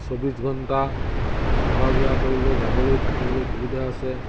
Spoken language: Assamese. চৌব্বিছ ঘণ্টা অহা যোৱা কৰিবলৈ যাবলৈ থাকিবলৈ সুবিধা আছে